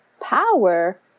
power